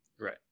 Right